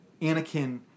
Anakin